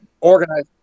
organize